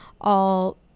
all-